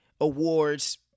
awards